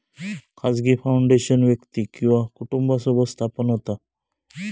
खाजगी फाउंडेशन व्यक्ती किंवा कुटुंबासोबत स्थापन होता